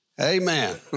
Amen